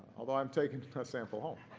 although i'm taking a sample home.